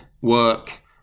work